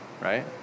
Right